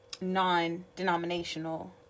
Non-denominational